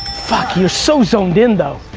fuck, you're so zoned in, though.